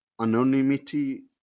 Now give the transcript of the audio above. anonymity